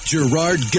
Gerard